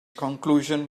conclusion